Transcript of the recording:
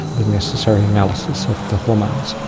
the necessary analysis of the hormones.